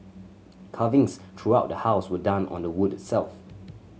carvings throughout the house were done on the wood itself